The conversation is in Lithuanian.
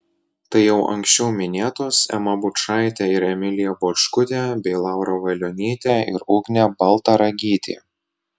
tai jau anksčiau minėtos ema bučaitė ir emilija bočkutė bei laura valionytė ir ugnė baltaragytė